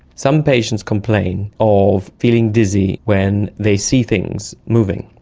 some patients complain of feeling dizzy when they see things moving.